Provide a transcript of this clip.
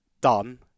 done